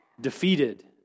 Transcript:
defeated